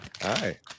hi